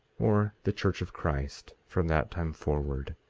or the church of christ, from that time forward.